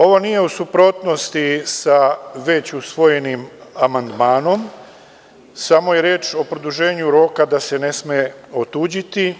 Ovo nije u suprotnosti sa već usvojenim amandmanom, samo je reč o produženju roka da se ne sme otuđiti.